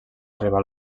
arribar